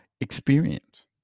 experience